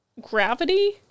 gravity